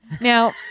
Now